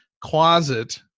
closet